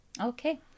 Okay